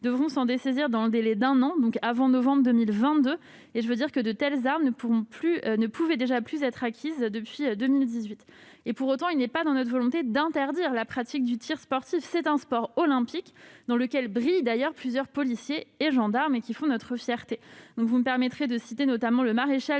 devront s'en dessaisir dans le délai d'un an, donc avant novembre 2022. J'ajoute que ces armes ne pouvaient déjà plus être acquises depuis 2018. Pour autant, il n'est pas dans notre volonté d'interdire la pratique du tir sportif, un sport olympique dans lequel brillent plusieurs policiers et gendarmes qui font notre fierté. Vous me permettrez de citer notamment le maréchal